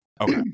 Okay